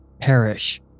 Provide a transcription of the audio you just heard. perish